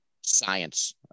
science